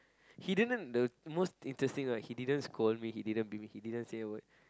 he didn't the most interesting right he didn't scold me he didn't beat me he didn't say a word